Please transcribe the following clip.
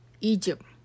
Egypt